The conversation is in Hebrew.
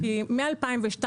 משנת 2022,